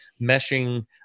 meshing